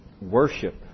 worship